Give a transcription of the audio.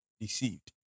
deceived